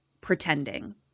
pretending